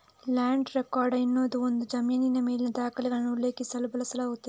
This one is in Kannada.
ಲ್ಯಾಂಡ್ ರೆಕಾರ್ಡ್ ಎನ್ನುವುದು ಒಂದು ಜಮೀನಿನ ಮೇಲಿನ ದಾಖಲೆಗಳನ್ನು ಉಲ್ಲೇಖಿಸಲು ಬಳಸಲಾಗುತ್ತದೆ